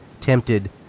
tempted